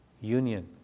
union